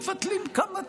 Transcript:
מבטלים כמה תורים,